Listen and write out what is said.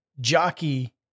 jockey